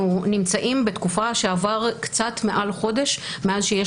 אנחנו נמצאים בתקופה שעבר קצת מעל חודש מאז שיש